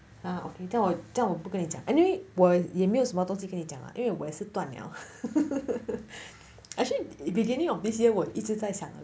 ha okay 这样这样我不跟你讲 anyway 我也没有什么东西跟你讲啦因为我也是断了 actually it beginning of this year 我一直在想